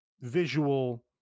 visual